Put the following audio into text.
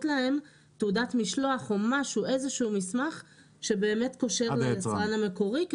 תעודת משלוח או משהו איזשהו מסמך שבאמת קושר את היצרן המקורי,